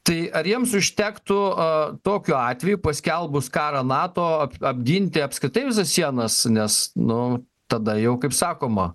tai ar jiems užtektų a tokiu atveju paskelbus karą nato apginti apskritai visas sienas nes nu tada jau kaip sakoma